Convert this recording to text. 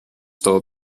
still